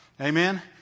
Amen